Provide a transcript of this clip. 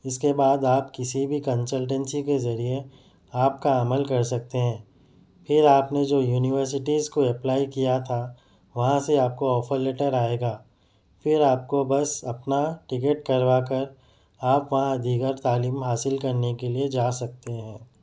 اس کے بعد آپ کسی بھی کنسلٹینسی کے ذریعے آپ کا عمل کر سکتے ہیں پھر آپ نے جو یونیورسٹیز کو اپلائی کیا تھا وہاں سے آپ کو آفر لیٹر آئےگا پھر آپ کو بس اپنا ٹکٹ کروا کر آپ وہاں دیگر تعلیم حاصل کرنے کے لیے جا سکتے ہیں